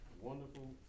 wonderful